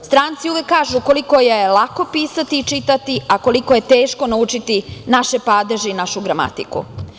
Stranci uvek kažu koliko je lako pisati i čitati, a koliko je teško naučiti naše padeže i našu gramatiku.